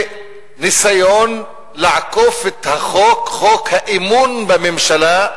וניסיון לעקוף את החוק, חוק האמון בממשלה,